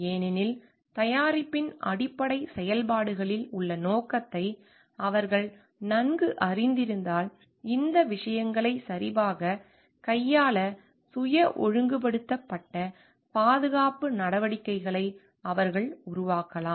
ஏனெனில் தயாரிப்பின் அடிப்படைச் செயல்பாடுகளில் உள்ள நோக்கத்தை அவர்கள் நன்கு அறிந்திருந்தால் இந்த விஷயங்களைச் சரியாகக் கையாள சுய ஒழுங்குபடுத்தப்பட்ட பாதுகாப்பு நடவடிக்கைகளை அவர்கள் உருவாக்கலாம்